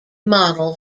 model